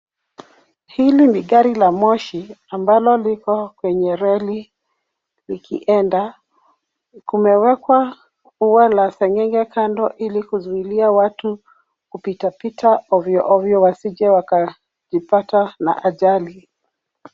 Hili ni gari la moshi ambalo liko kwenye reli likienda. Kumewekwa ua la sengenge kando ili kuzuilia watu kupita pita ovyoovyo wasije wakajipata na ajali.